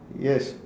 yes